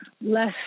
less